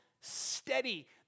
steady